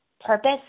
purpose